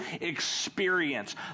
experience